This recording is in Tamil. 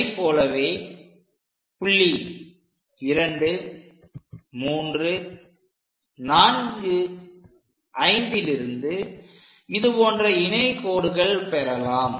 அதைப் போலவே புள்ளி 2345லிருந்து இது போன்ற இணை கோடுகள் பெறலாம்